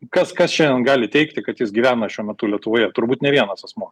kas kas šiandien gali teigti kad jis gyvena šiuo metu lietuvoje turbūt nė vienas asmuo